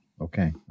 okay